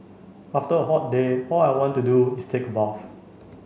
after a hot day all I want to do is take a bath